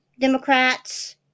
Democrats